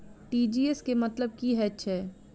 TGS केँ मतलब की हएत छै?